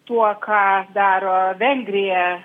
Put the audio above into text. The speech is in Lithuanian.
tuo ką daro vengrija